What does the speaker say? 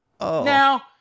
Now